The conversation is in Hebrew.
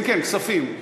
כן, כספים.